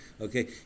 Okay